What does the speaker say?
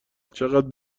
چقد